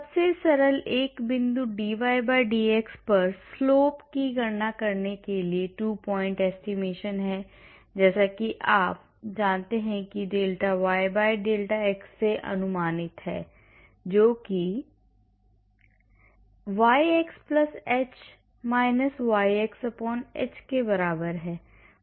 सबसे सरल एक बिंदु dydx पर ढलान की गणना करने के लिए 2 point estimation है जैसा कि आप जानते हैं कि delta ydelta x से अनुमानित है जो कि yx h yx h के बराबर है